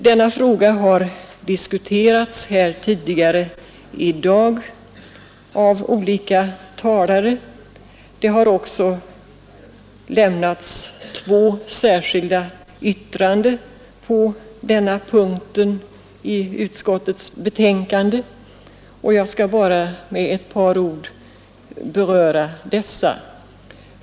Denna fråga har diskuterats här tidigare i dag av olika talare. Det har också lämnats två särskilda yttranden på denna punkt i utskottets betänkande, och jag skall bara med ett par ord beröra dessa.